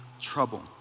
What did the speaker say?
trouble